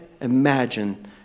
imagine